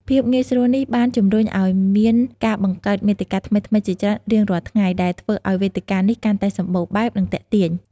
ភាពងាយស្រួលនេះបានជំរុញឱ្យមានការបង្កើតមាតិកាថ្មីៗជាច្រើនជារៀងរាល់ថ្ងៃ ដែលធ្វើឱ្យវេទិកានេះកាន់តែសម្បូរបែប និងទាក់ទាញ។